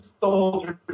soldiers